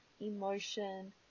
emotion